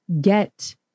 get